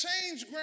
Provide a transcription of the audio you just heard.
change